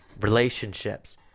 relationships